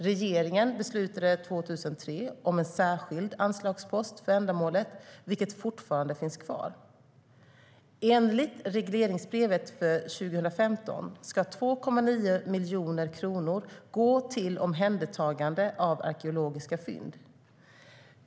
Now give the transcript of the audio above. Regeringen beslutade 2003 om en särskild anslagspost för ändamålet, vilken fortfarande finns kvar. Enligt regleringsbrevet för 2015 ska 2,9 miljoner kronor gå till omhändertagande av arkeologiska fynd.